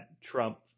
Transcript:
Trump